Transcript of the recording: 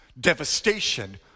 Devastation